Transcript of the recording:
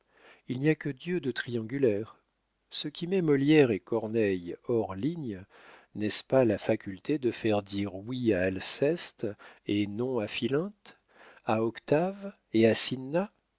il n'y a que dieu de triangulaire ce qui met molière et corneille hors ligne n'est-ce pas la faculté de faire dire oui à alceste et non à philinte à octave